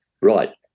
Right